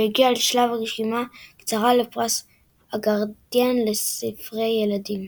והגיעה לשלב הרשימה הקצרה לפרס הגרדיאן לספרי ילדים.